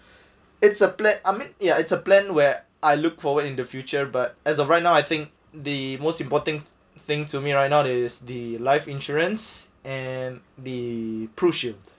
it's a plan I mean ya it's a plan where I look forward in the future but as of right now I think the most important thing to me right now is the life insurance and the prushield